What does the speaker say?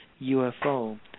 UFO